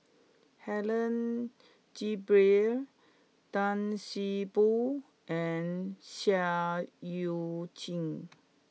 Helen Gilbey Tan See Boo and Seah Eu Chin